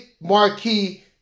marquee